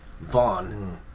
Vaughn